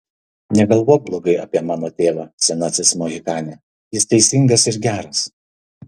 negalvok blogai apie mano tėvą senasis mohikane jis teisingas ir geras